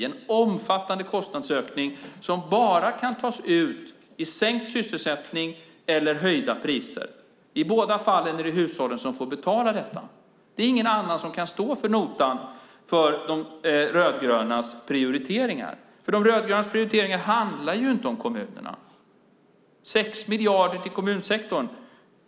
Det handlar om en omfattande kostnadsökning som bara kan tas ut i sänkt sysselsättning eller höjda priser. I båda fallen är det hushållen som får betala. Det är ingen annan som kan stå för notan för de rödgrönas prioriteringar. De rödgrönas prioriteringar handlar inte om kommunerna. Det är 6 miljarder till kommunsektorn.